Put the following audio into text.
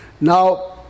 Now